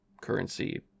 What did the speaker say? currency